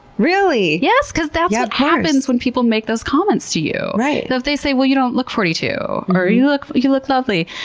really? yes! because that's what happens when people make those comments to you. so if they say, well, you don't look forty two or you look you look lovely,